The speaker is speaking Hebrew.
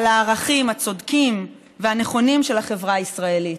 על הערכים הצודקים והנכונים של החברה הישראלית.